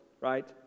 right